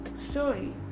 story